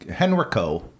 Henrico